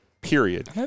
period